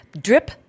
drip